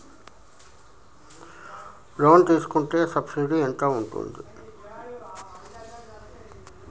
Loan తీసుకుంటే subsidy ఎంత ఉంటది?